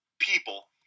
people